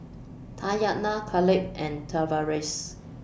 Tatyanna Kaleb and Tavaris